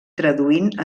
traduint